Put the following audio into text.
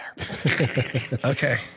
Okay